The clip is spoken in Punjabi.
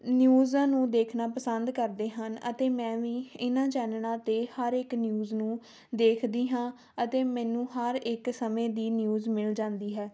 ਨਿਊਜ਼ਾਂ ਨੂੰ ਦੇਖਣਾ ਪਸੰਦ ਕਰਦੇ ਹਨ ਅਤੇ ਮੈਂ ਵੀ ਇਹਨਾਂ ਚੈਨਲਾਂ 'ਤੇ ਹਰ ਇੱਕ ਨਿਊਜ਼ ਨੂੰ ਦੇਖਦੀ ਹਾਂ ਅਤੇ ਮੈਨੂੰ ਹਰ ਇੱਕ ਸਮੇਂ ਦੀ ਨਿਊਜ਼ ਮਿਲ ਜਾਂਦੀ ਹੈ